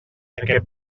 aquest